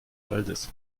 waldes